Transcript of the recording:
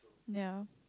ya